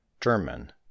German